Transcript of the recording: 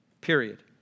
period